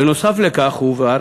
בנוסף לכך, הובהר